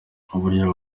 uburyo